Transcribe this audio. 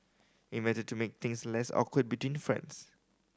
invented to make things less awkward between friends